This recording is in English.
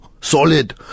solid